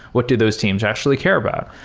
what do those teams actually care about?